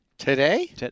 Today